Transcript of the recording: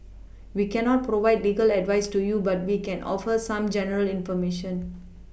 we cannot provide legal advice to you but we can offer some general information